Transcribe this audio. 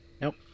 nope